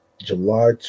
july